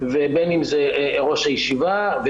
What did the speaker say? בין אם זה ראש הישיבה,